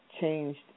changed